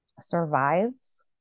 survives